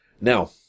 Now